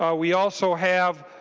um we also have